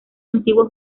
antiguo